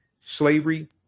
slavery